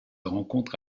rencontre